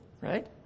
Right